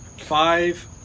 Five